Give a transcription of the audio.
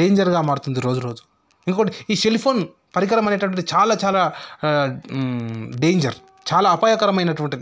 డేంజర్గా మారుతుంది రోజు రోజుకు ఇంకోటి ఈ సెల్ఫోన్ పరికరం అనేటటువంటిది చాలా చాలా డేంజర్ చాలా అపాయకరమైనటువంటిది